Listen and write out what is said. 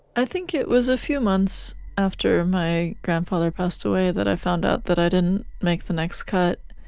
i think it was a few months after my grandfather passed away that i found out that i didn't make the next cut.